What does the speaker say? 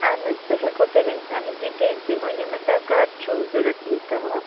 اَہن حظ بہٕ ہٮ۪کو تۄہہِ ؤنِتھ اَمِچ ڈِٹیل تُہۍ ؤنِو مےٚ تۄہہِ کر چھُو ضوٚرَتھ یہِ کہوا